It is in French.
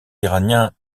iraniens